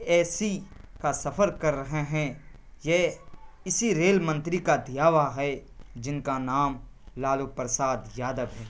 اے C کا سفر کر رہے ہیں یہ اسی ریل منتری کا دیا ہوا ہے جن کا نام لالو پرساد یادو ہے